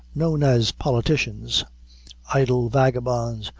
known as politicians idle vagabonds,